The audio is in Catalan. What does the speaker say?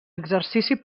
exercici